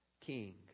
king